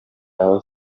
aho